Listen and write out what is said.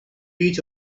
teach